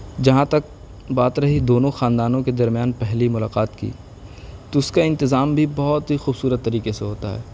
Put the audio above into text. جہاں تک بات رہی دونوں خاندانوں کے درمیان پہلی ملاقات کی تو اس کا انتظام بھی بہت ہی خوبصورت طریقے سے ہوتا ہے